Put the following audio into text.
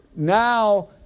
now